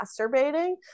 masturbating